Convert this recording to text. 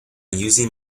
using